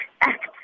Act